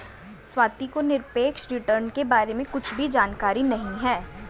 स्वाति को निरपेक्ष रिटर्न के बारे में कुछ भी जानकारी नहीं है